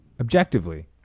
objectively